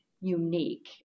unique